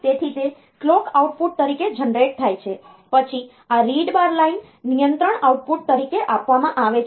તેથી તે clock out તરીકે જનરેટ થાય છે પછી આ રીડ બાર લાઇન નિયંત્રણ આઉટપુટ તરીકે આપવામાં આવે છે